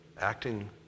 acting